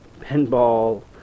pinball